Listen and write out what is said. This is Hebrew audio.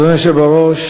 אדוני היושב בראש,